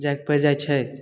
जाइके पड़ि जाइत छै